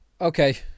Okay